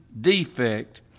defect